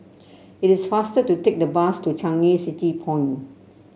it is faster to take the bus to Changi City Point